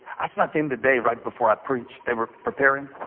i snuck in today right before i preached. they were preparing.